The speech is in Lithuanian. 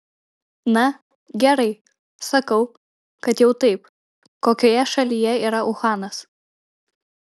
na gerai sakau kad jau taip kokioje šalyje yra uhanas